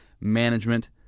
management